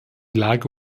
lage